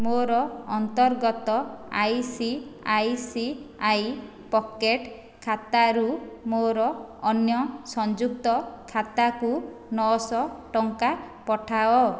ମୋର ଅନ୍ତର୍ଗତ I C I C I pocket ଖାତାରୁ ମୋର ଅନ୍ୟ ସଂଯୁକ୍ତ ଖାତାକୁ ନଅ ଶହ ଟଙ୍କା ପଠାଅ